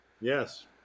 Yes